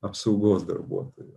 apsaugos darbuotojų